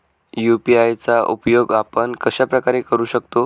UPI चा उपयोग आपण कशाप्रकारे करु शकतो?